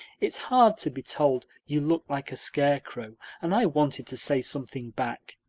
it's hard to be told you look like a scarecrow and i wanted to say something back.